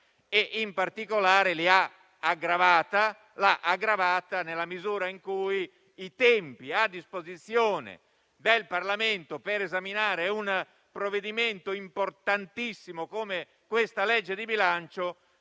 ma anzi l'ha aggravata, nella misura in cui i tempi a disposizione del Parlamento per esaminare un provvedimento importantissimo come la legge di bilancio